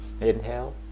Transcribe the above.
inhale